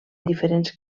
diferents